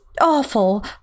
awful